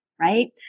right